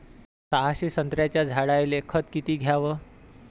सहाशे संत्र्याच्या झाडायले खत किती घ्याव?